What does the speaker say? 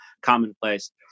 commonplace